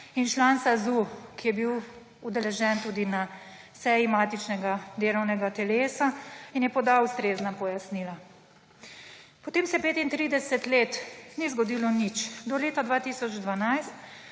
in član SAZU, ki je bil udeležen tudi na seji matičnega delovnega telesa in je podal ustrezna pojasnila. Potem se 35 let ni zgodilo nič. Do leta 2012,